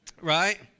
right